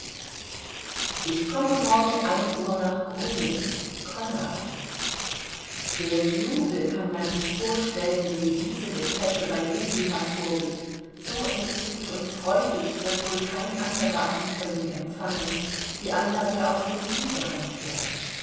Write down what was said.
ich komme morgen uhr nach grumitz konrad den jubel kann man sich vorstellen den diese depesche bei lilli hervorrief so entzückt und freudig wird wohl kein anderer ankömmling empfangen wie einer der aus dem kriege heimkehrt